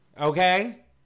okay